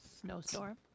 Snowstorm